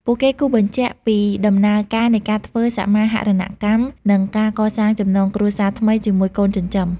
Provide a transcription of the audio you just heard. ពួកគេគូសបញ្ជាក់ពីដំណើរការនៃការធ្វើសមាហរណកម្ម និងការកសាងចំណងគ្រួសារថ្មីជាមួយកូនចិញ្ចឹម។